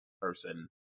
person